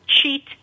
Cheat